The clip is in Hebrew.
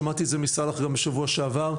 שמעתי את זה מסלאח גם בשבוע שעבר.